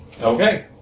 Okay